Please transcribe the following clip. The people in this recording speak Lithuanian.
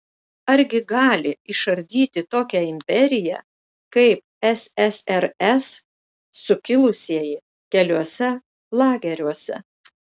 argi gali išardyti tokią imperiją kaip ssrs sukilusieji keliuose lageriuose